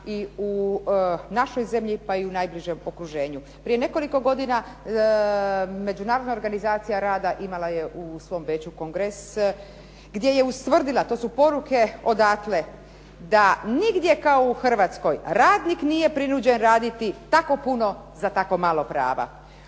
i u našoj zemlji, pa i u najbližem okruženju. Prije nekoliko godina Međunarodna organizacija rada imala je u svom Beču kongres, gdje je ustvrdila, to su poruke odatle, da nigdje kao u Hrvatskoj radnik nije prinuđen raditi tako puno za tako malo prava.